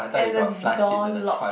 and the door lock